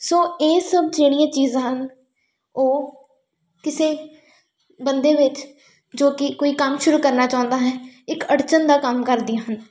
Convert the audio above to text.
ਸੋ ਇਹ ਸਭ ਜਿਹੜੀਆਂ ਚੀਜ਼ਾਂ ਹਨ ਉਹ ਕਿਸੇ ਬੰਦੇ ਵਿੱਚ ਜੋ ਕਿ ਕੋਈ ਕੰਮ ਸ਼ੁਰੂ ਕਰਨਾ ਚਾਹੁੰਦਾ ਹੈ ਇੱਕ ਅੜਚਨ ਦਾ ਕੰਮ ਕਰਦੀਆਂ ਹਨ